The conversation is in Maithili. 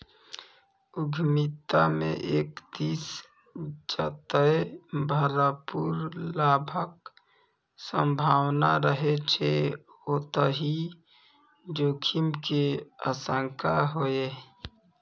उद्यमिता मे एक दिस जतय भरपूर लाभक संभावना रहै छै, ओतहि जोखिम के आशंका सेहो